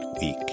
week